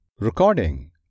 Recording